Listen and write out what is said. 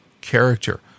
character